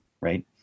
right